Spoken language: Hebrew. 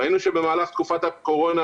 ראינו שבמהלך תקופת הקורונה,